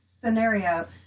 scenario